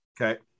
Okay